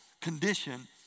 condition